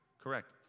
Correct